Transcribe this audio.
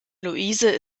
louise